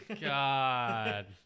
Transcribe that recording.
god